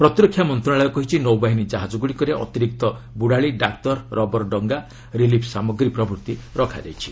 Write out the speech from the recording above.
ପ୍ରତିରକ୍ଷା ମନ୍ତ୍ରଣାଳୟ କହିଛି ନୌବାହିନୀ କାହାଜଗୁଡ଼ିକରେ ଅତିରିକ୍ତ ବୁଡ଼ାଳି ଡାକ୍ତର ରବର ଡଙ୍ଗା ରିଲିଫ୍ ସାମଗ୍ରୀ ପ୍ରଭୂତି ରଖାଯାଇଛି